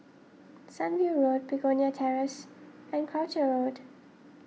Sunview Road Begonia Terrace and Croucher Road